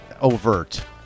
Overt